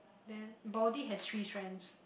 then body has three strands